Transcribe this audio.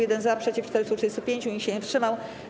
1 - za, przeciw - 435, nikt się nie wstrzymał.